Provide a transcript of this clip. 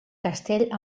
castell